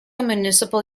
municipal